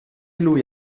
lui